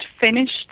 finished